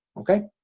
okay